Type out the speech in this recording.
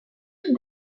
tout